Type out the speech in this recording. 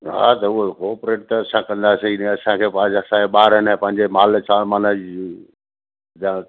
हा त उहो कॉओपरेट त असां कंदासीं हिय असांखे ॿारनि असांजे ॿारनि पंहिंजे महिल छा माना